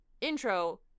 intro